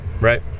Right